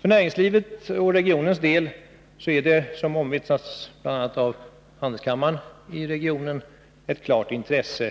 För näringslivets och regionens del är det, som omvittnats bl.a. av handelskammaren i regionen, av klart intresse